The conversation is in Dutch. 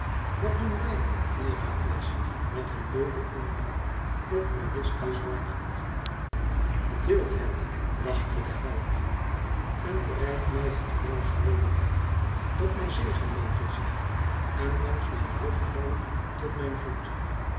wat doen wij herakles met het doode ondier dat eurystheus weigert vilt het lachte de held en bereidt mij het rosroode vel dat mij zegemantel zij en langs mijn rug valle tot mijn voet